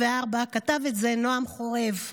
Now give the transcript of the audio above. כתב את זה נועם חורב.